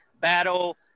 Battle